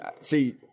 see